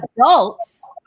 adults